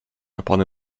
opony